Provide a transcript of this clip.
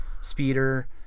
speeder